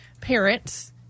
parents